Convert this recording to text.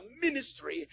ministry